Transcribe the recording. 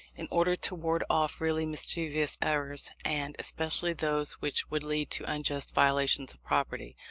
in order to ward off really mischievous errors, and especially those which would lead to unjust violations of property.